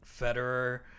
Federer